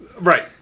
Right